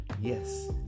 Yes